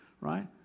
right